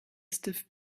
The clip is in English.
stiff